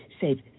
save